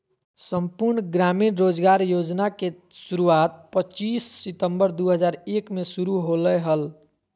संपूर्ण ग्रामीण रोजगार योजना के शुरुआत पच्चीस सितंबर दु हज़ार एक मे शुरू होलय हल